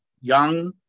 young